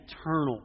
eternal